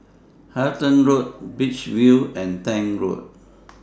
Halton Road Beach View and Tank Road